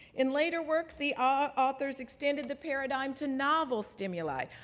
in later work, the ah authors extended the paradigm to novel stimuli,